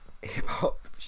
hip-hop